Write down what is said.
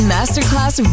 Masterclass